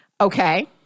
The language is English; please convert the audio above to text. Okay